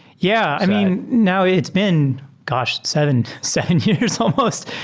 yeah. i mean, now it's been gosh, seven seven years almost.